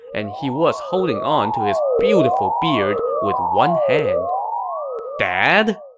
and he was holding onto his beautiful beard with one hand dad?